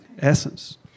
essence